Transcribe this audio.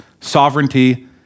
sovereignty